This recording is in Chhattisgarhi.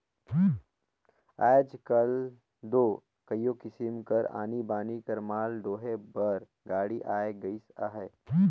आएज काएल दो कइयो किसिम कर आनी बानी कर माल डोहे बर गाड़ी आए गइस अहे